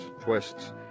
twists